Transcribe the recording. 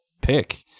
pick